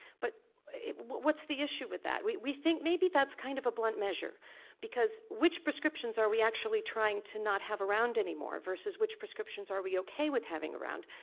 but what's the issue with that? we we think maybe that's kind of a blunt measure because which prescriptions are we actually trying to not have around anymore versus which prescriptions are we okay with having around?